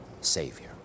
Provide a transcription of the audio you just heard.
Savior